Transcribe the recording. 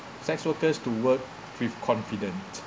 sex workers to work with confident